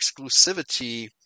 exclusivity